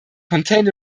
contain